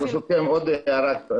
ברשותכם, עוד הערה קטנה.